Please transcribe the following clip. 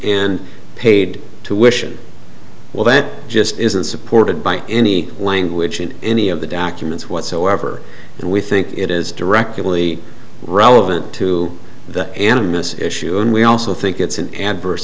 and paid tuition well that just isn't supported by any language in any of the documents whatsoever and we think it is directly relevant to the animists issue and we also think it's an adverse